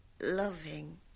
Loving